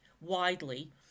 widely